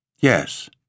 Yes